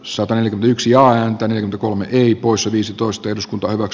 sota oli yksi ja antena kolme kei poissa viisitoista eduskunta ovat